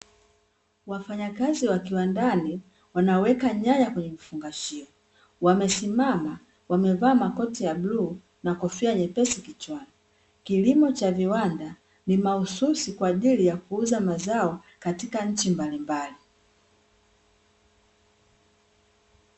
Wafanyakazi wa kiwandani, wanaweka nyanya kwenye vifungashio. Wamesimama wamevaa makoti ya bluu, na kofia nyepesi kichwani. Kilimo cha viwanda, ni mahususi kwa ajili ya kuuza mazao katika nchi mbalimbali.